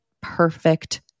perfect